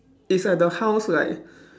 it's at the house like